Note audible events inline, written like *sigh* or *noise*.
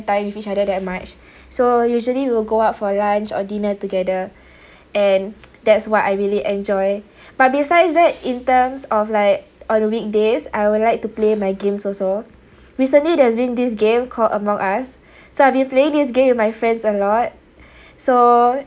time with each other that much *breath* so usually we will go out for lunch or dinner together *breath* and that's what I really enjoy but besides that in terms of like on weekdays I would like to play my games also recently there's been this game called among us so I've been playing this games with my friends a lot *breath* so